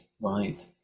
right